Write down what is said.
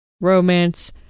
romance